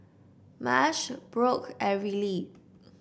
Marsh Brock and Riley